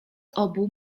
obu